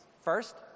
First